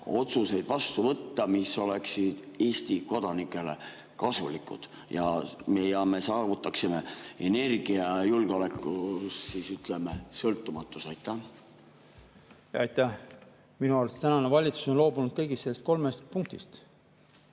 otsuseid, mis oleksid Eesti kodanikele kasulikud ja me saavutaksime energiajulgeoleku või ütleme, ‑sõltumatuse? Aitäh! Minu arust tänane valitsus on loobunud kõigist nendest kolmest punktist.